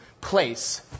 place